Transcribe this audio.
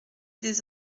des